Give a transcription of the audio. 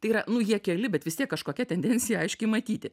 tai yra nu jie keli bet vis tiek kažkokia tendencija aiškiai matyti